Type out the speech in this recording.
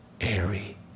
airy